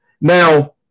Now